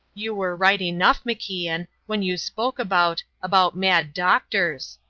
you were right enough, macian, when you spoke about about mad doctors.